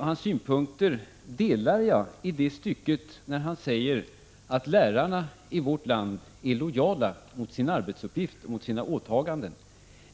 Herr talman! Jag delar Alf Svenssons synpunkter när han säger att lärarna i vårt land är lojala mot sin arbetsuppgift och sina åtaganden.